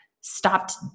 stopped